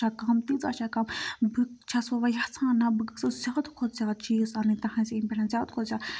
چھےٚ کَم تیٖژاہ چھےٚ کَم بہٕ چھَس وَ وَنۍ یَژھان نہ بہٕ گژھٕ زیادٕ کھۄتہٕ زیادٕ چیٖز اَنٕنۍ تُہٕنٛز أمۍ پٮ۪ٹھ زیادٕ کھۄتہٕ زیادٕ